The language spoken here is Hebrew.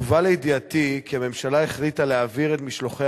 הובא לידיעתי כי הממשלה החליטה להעביר את משלוחי